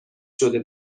شده